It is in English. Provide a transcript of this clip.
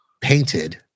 painted